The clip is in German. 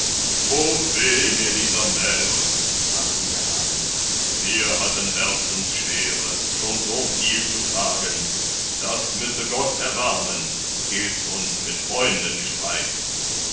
mir dieser märe sprach wieder hagen wir hatten herzensschwere schon so viel zu tragen das müsse gott erbarmen gilts uns mit freunden streit